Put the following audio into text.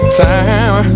time